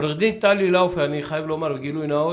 עורך דין טלי לאופר, אני חייב גילוי נאות,